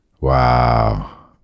Wow